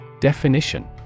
Definition